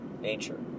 nature